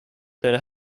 there